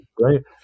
Right